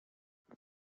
gen